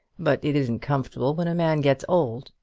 but it isn't comfortable when a man gets old.